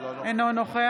(קוראת